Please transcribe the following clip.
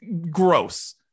gross